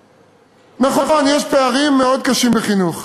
נכון, יש פערים מאוד קשים בחינוך.